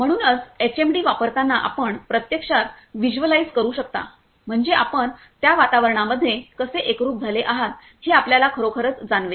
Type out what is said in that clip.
म्हणूनचएचएमडी वापरताना आपण प्रत्यक्षात व्हिज्युअलाइझ करू शकता म्हणजे आपण त्या वातावरणामध्ये कसे एकरूप झाले आहात हे आपल्याला खरोखरच जाणवेल